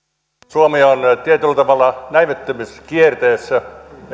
suomi on tietyllä tavalla näivettymiskierteessä